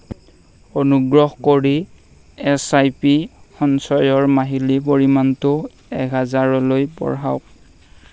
অনুগ্ৰহ কৰি S I P সঞ্চয়ৰ মাহিলী পৰিমাণটো এক হাজাৰলৈ বঢ়াওক